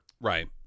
right